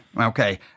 okay